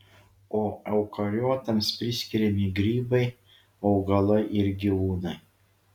o eukariotams priskiriami grybai augalai ir gyvūnai